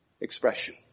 expression